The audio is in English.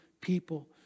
people